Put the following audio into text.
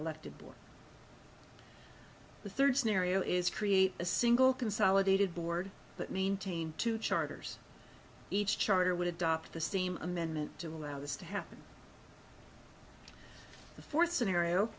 elected board the third scenario is create a single consolidated board but maintain two charters the charter would adopt the same amendment to allow this to happen the fourth scenario